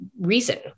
reason